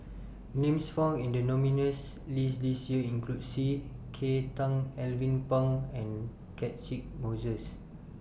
Names found in The nominees' list This Year include C K Tang Alvin Pang and Catchick Moses